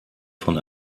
von